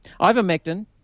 Ivermectin